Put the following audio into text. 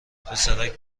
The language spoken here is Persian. پسرک